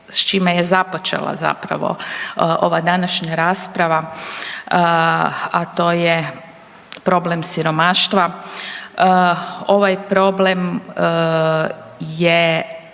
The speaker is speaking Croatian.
s čime je započela ova današnja rasprava, a to je problem siromaštva, ovaj problem je